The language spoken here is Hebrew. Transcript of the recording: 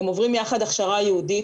הם עוברים יחד הכשרה ייעודית,